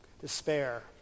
despair